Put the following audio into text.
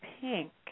pink